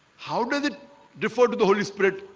how does it refer to the holy spirit?